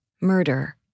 murder